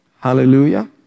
Hallelujah